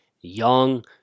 young